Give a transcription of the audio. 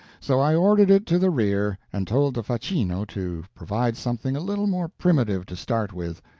so i ordered it to the rear and told the facchino to provide something a little more primitive to start with,